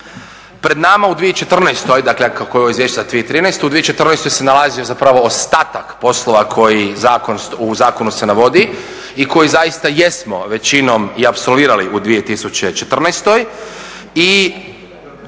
za 2013., u 2014.se nalazi ostatak poslova koji se u zakonu navodi i koji zaista jesmo većinom i apsolvirali u 2014. I